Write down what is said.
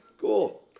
cool